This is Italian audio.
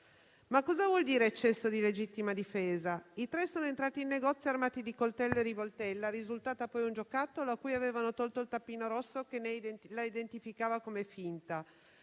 Ma cosa vuol dire eccesso di legittima difesa? I tre sono entrati in negozio armati di coltello e rivoltella, risultata poi un giocattolo a cui avevano tolto il tappino rosso che la identificava come finta;